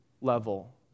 level